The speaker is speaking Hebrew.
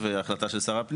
כן.